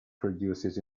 produces